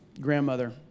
grandmother